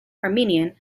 armenian